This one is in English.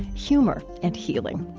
humor and healing.